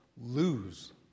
lose